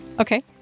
Okay